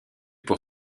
pour